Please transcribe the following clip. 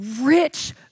rich